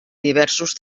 diversos